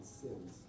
sins